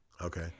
Okay